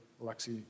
Alexei